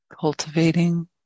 cultivating